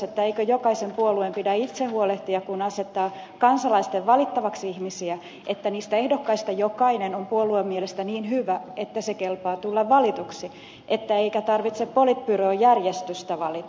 eikö jokaisen puolueen pidä itse huolehtia kun asettaa kansalaisten valittavaksi ihmisiä että niistä ehdokkaista jokainen on puolueen mielestä niin hyvä että kelpaa tulla valituksi eikä tarvitse politbyroon järjestystä valita